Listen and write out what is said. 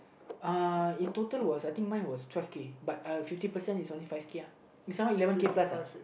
uh in total was I think mine was twelve but fifty percent is only five uh his one eleven plus uh